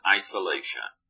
isolation